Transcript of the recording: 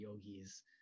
yogis